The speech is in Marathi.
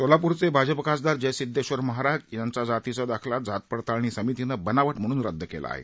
सोलाप्रचे भाजपा खासदार जयसिद्धेश्वर महाराज यांचा जातीचा दाखला जात पडताळणी समितीनं बनावट म्हणून रदद केला आहे